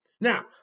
Now